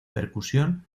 percusión